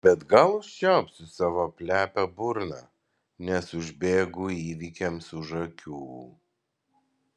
bet gal užčiaupsiu savo plepią burną nes užbėgu įvykiams už akių